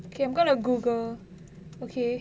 okay I'm going to Google okay